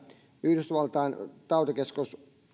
yhdysvaltain tautikeskus